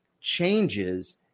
changes